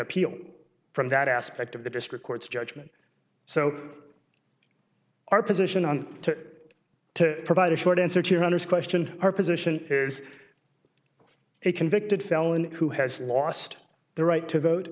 appeal from that aspect of the district court's judgment so our position on to to provide a short answer to hundreds question our position is a convicted felon who has lost the right to